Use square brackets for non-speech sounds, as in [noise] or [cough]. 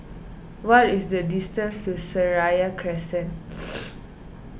what is the distance to Seraya Crescent [noise]